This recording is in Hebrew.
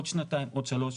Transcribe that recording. עוד שנתיים עוד שלוש,